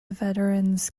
veterans